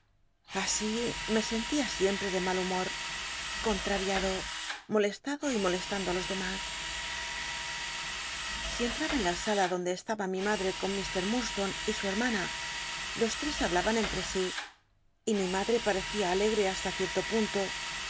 así mr sen tia icmpi'c dr mal humor contl'ariado molestad o y molestando i los dcmas si entraba en la sala llondc estaba mi madre con ir imdsl one y su hermana los lres hablaban cnlre si mi made parecía alege hasta cierto punto